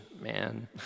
man